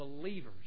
believers